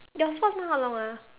your sports mod how long ah